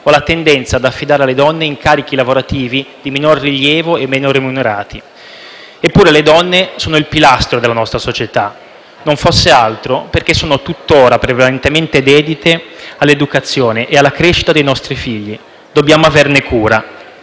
o la tendenza ad affidare alle donne incarichi lavorativi di minor rilievo e meno remunerati. Eppure, le donne sono il pilastro della nostra società, non fosse altro perché sono tuttora prevalentemente dedite all'educazione e alla crescita dei nostri figli; dobbiamo averne cura.